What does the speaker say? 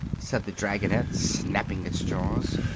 said the dragonette, snapping its jaws.